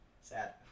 Sad